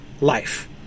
life